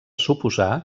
suposar